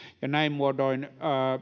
ja näin muodoin